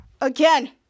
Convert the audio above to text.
again